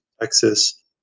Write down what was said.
Texas